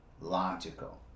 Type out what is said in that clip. logical